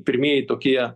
pirmieji tokie